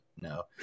no